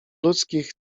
ludzkich